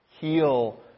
heal